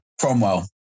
Cromwell